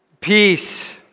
peace